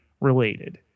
related